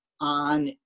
on